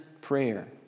prayer